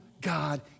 God